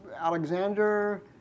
Alexander